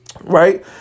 Right